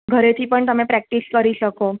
ઘરેથી પણ તમે પ્રેક્ટિશ કરી શકો